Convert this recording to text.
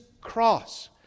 cross